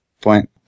point